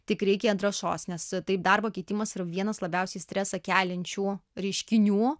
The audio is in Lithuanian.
tik reikia drąsos nes taip darbo keitimas yra vienas labiausiai stresą keliančių reiškinių